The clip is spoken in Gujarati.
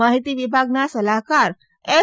માહિતી વિભાગના સલાહકાર એસ